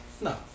No